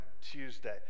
Tuesday